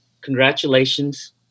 congratulations